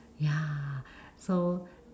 ya so ah